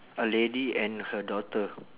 a lady and her daughter